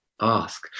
ask